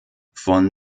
von